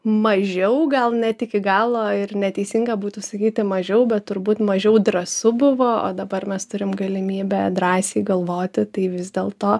mažiau gal net iki galo ir neteisinga būtų sakyti mažiau bet turbūt mažiau drąsu buvo o dabar mes turim galimybę drąsiai galvoti tai vis dėlto